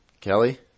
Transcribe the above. Kelly